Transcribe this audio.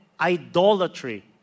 idolatry